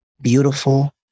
Beautiful